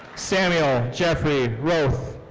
samuel geoffrey roeth.